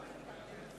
מכובדי,